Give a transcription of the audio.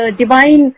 Divine